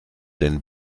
den